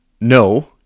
No